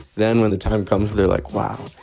then when the time comes, they're like, wow.